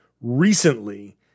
recently